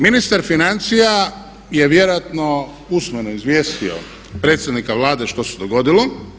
Ministar financija je vjerojatno usmeno izvijestio predsjednika Vlade što se dogodilo.